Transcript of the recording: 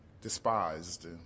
despised